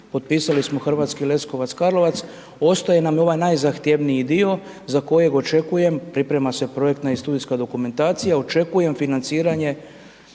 potpisali smo Hrvatski Leskovac – Karlovac, ostaje nam i ovaj najzahtjevniji dio za kojeg očekujem, priprema se projektna i studijska dokumentacija, očekujem financiranje